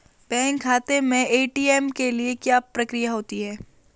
Bank खाते में ATM के लिए क्या प्रक्रिया होती है?